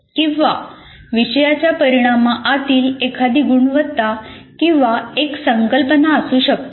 किंवा विषयाच्या परिणाम आतील एखादी गुणवत्ता किंवा एक संकल्पना असू शकते